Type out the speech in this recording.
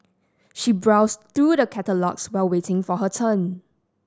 she browsed through the catalogues while waiting for her turn